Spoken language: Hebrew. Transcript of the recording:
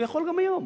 הוא יכול גם היום,